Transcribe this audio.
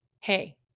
hey